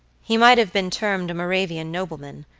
he might have been termed a moravian nobleman,